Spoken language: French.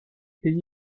pays